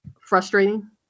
frustrating